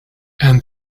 and